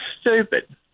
stupid